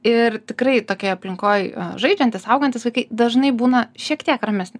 ir tikrai tokioje aplinkoj žaidžiantys augantys vaikai dažnai būna šiek tiek ramesni